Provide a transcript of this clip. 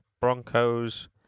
Broncos